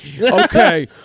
okay